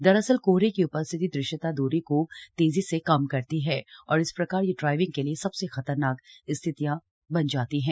दरअसल कोहरे की उपस्थिति दृश्यता दूरी को तेजी से कम करती है और इस प्रकार यह ड्राइविंग के लिए सबसे खतरनाक स्थितियां बन जाती है